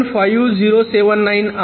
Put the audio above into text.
5079 आहे